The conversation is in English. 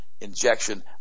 injection